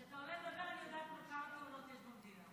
כשאתה עולה לדבר אני כבר יודעת כמה תאונות יש במדינה.